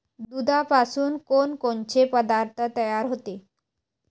दुधापासून कोनकोनचे पदार्थ तयार होते?